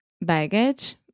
baggage